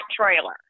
trailer